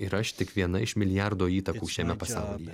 ir aš tik viena iš milijardo įtakų šiame pasaulyje